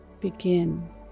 begin